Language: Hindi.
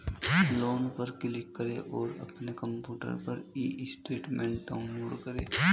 लोन पर क्लिक करें और अपने कंप्यूटर पर ई स्टेटमेंट डाउनलोड करें